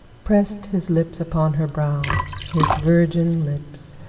pressed his lips upon her brow his virgin lips,